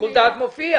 שיקול דעת מופיע.